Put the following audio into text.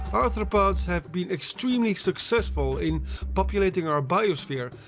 arthropods have been extremely successful in populating our biosphere,